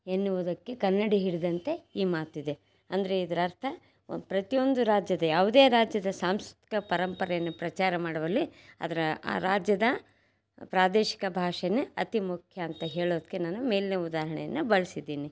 ಎನ್ನುವುದಕ್ಕೆ ಕನ್ನಡಿ ಹಿಡಿದಂತೆ ಈ ಮಾತಿದೆ ಅಂದರೆ ಇದರರ್ಥ ಪ್ರತಿಯೊಂದು ರಾಜ್ಯದ ಯಾವುದೇ ರಾಜ್ಯದ ಸಾಂಸ್ಕೃತಿಕ ಪರಂಪರೆಯನ್ನು ಪ್ರಚಾರ ಮಾಡುವಲ್ಲಿ ಅದರ ಆ ರಾಜ್ಯದ ಪ್ರಾದೇಶಿಕ ಭಾಷೆನೇ ಅತಿ ಮುಖ್ಯ ಅಂತ ಹೇಳೋದಕ್ಕೆ ನಾನು ಮೇಲಿನ ಉದಾಹರಣೆಯನ್ನು ಬಳಸಿದೀನಿ